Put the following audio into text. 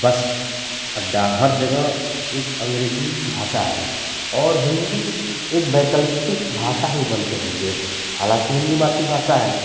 बस अड्डा हर जगह एक अँग्रेजी भाषा है और हिन्दी एक वैकल्पिक भाषा ही बनकर रह गई हालाँकि हिन्दी मातृभाषा है